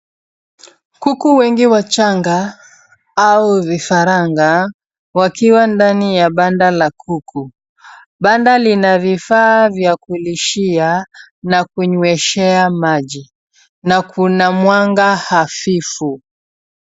Kuku wengi wachanga au vifaranga wakiwa ndani ya banda la kuku. Banda lina vifaa vya kulishia na kunyweshea maji na kuna mwanga hafifu.